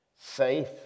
safe